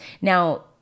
Now